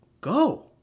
go